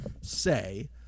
say